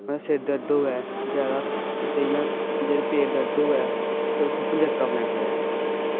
कुसै गी सिरदर्द होऐ जां पेट दर्द होऐ ते उत्थं पंजरका पलांदे